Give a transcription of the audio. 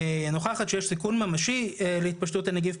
נוכחת שיש סיכון ממשי להתפשטות הנגיף,